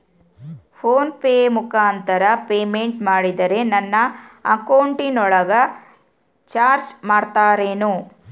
Phone pay ಮುಖಾಂತರ payment ಮಾಡಿದರೆ ನನ್ನ ಅಕೌಂಟಿನೊಳಗ ಚಾರ್ಜ್ ಮಾಡ್ತಿರೇನು?